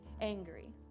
angry